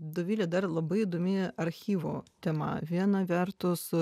dovile dar labai įdomi archyvo tema viena vertus